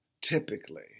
typically